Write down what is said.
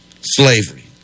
slavery